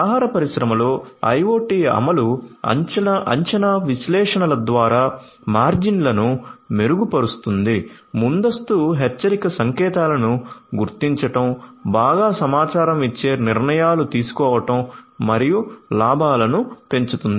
ఆహార పరిశ్రమలో IoT అమలు అంచనా విశ్లేషణల ద్వారా మార్జిన్లను మెరుగుపరుస్తుంది ముందస్తు హెచ్చరిక సంకేతాలను గుర్తించడం బాగా సమాచారం ఇచ్చే నిర్ణయాలు తీసుకోవడం మరియు లాభాలను పెంచుతుంది